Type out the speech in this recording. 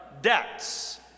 debts